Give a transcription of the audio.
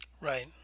Right